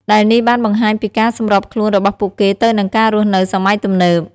ដែលនេះបានបង្ហាញពីការសម្របខ្លួនរបស់ពួកគេទៅនឹងការរស់នៅសម័យទំនើប។